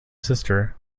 sister